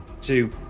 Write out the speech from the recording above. two